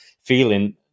feeling